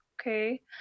okay